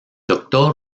doctor